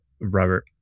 Robert